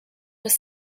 was